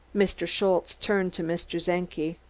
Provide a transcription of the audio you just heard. mr. schultze turned to mr. czenki.